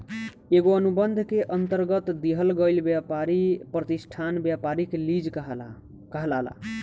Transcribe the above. एगो अनुबंध के अंतरगत दिहल गईल ब्यपारी प्रतिष्ठान ब्यपारिक लीज कहलाला